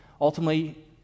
Ultimately